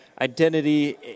identity